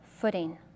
footing